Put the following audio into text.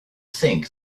think